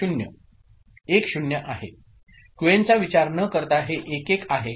1 0 आहे क्यूएनचा विचार न करता हे 1 1 आहे